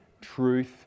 truth